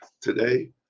today